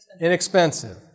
inexpensive